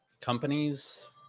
companies